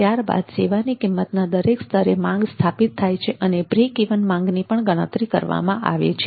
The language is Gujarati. ત્યારબાદ સેવાની કિંમતના દરેક સ્તરે માંગ સ્થાપિત થાય છે અને બ્રેક ઈવન માંગની પણ ગણતરી કરવામાં આવે છે